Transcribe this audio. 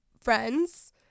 friends